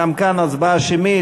גם כאן הצבעה שמית.